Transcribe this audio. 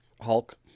Hulk